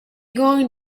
going